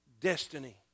destiny